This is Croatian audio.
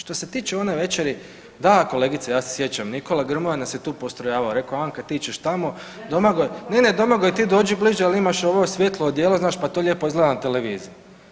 Što se tiče one večeri, da kolegice ja se sjećam, Nikola Grmoja nas je tu postrojavao, rekao Anka ti ćeš tamo, Domagoj, ne, ne, Domagoj ti dođi bliže jer imaš ovo svijetlo odijelo znaš pa to lijepo izgleda na televiziji.